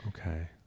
okay